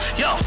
yo